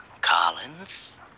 Collins